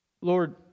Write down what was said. Lord